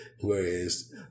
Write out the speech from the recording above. whereas